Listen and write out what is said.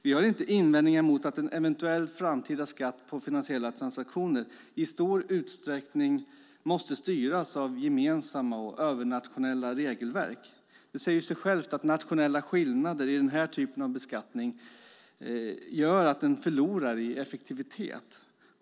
Vi har inga invändningar mot att en eventuell framtida skatt på finansiella transaktioner i stor utsträckning måste styras av gemensamma och övernationella regelverk. Det säger sig självt att nationella skillnader i den här typen av beskattning gör att den förlorar i effektivitet.